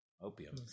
opium